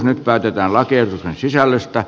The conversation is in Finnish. nyt päätetään lakiehdotusten sisällöstä